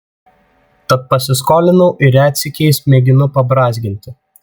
tad pasiskolinau ir retsykiais mėginu pabrązginti